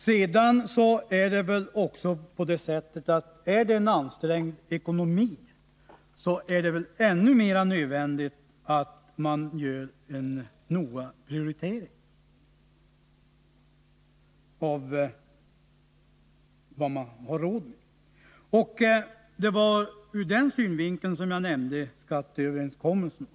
Om man har en ansträngd ekonomi är det väl ännu mer nödvändigt att man gör en noggrann prioritering av vad man har råd med. Det var ur den synvinkeln jag nämnde skatteöverenskommelsen.